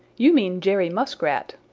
you mean jerry muskrat.